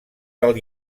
del